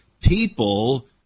people